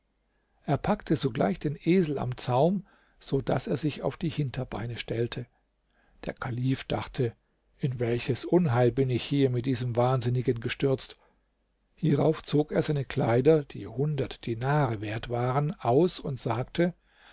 er packte sogleich den esel am zaum so daß er sich auf die hinterbeine stellte der kalif dachte in welches unheil bin ich hier mit diesem wahnsinnigen gestürzt hierauf zog er seine kleider die hundert dinare wert waren aus und sagte